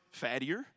fattier